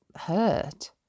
hurt